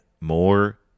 more